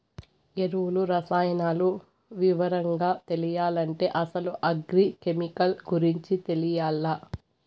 ఎరువులు, రసాయనాలు వివరంగా తెలియాలంటే అసలు అగ్రి కెమికల్ గురించి తెలియాల్ల